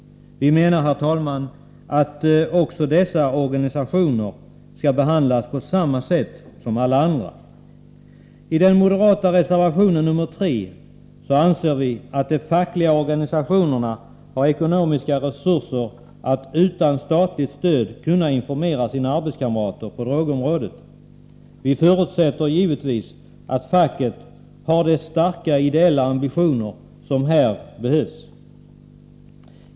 Herr talman, vi menar att dessa organisationer skall behandlas på samma sätt som alla andra. I den moderata reservationen nr 3 säger vi att de fackliga organisationerna har ekonomiska resurser att utan statligt stöd kunna informera sina arbetskamrater på drogområdet. Vi förutsätter att facket har de starka ideella ambitioner som behövs.